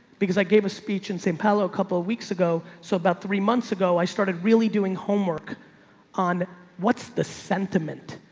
because i gave a speech in st pelo a couple of weeks ago, so about three months ago, i started really doing homework on what's the sentiment?